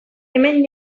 hemen